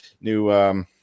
new